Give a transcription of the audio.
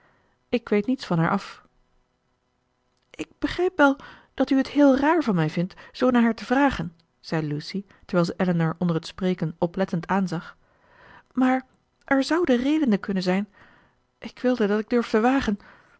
ik weet niets van haar af ik begrijp wel dat u het heel raar van mij vindt zoo naar haar te vragen zei lucy terwijl zij elinor onder het spreken oplettend aanzag maar er zouden redenen kunnen zijn ik wilde dat ik durfde wagen